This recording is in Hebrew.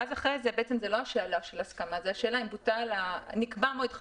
אחרי כן זה לא שאלה של הסכמה אלא זה שאלה אם נקבע מועד חדש,